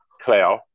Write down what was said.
Claire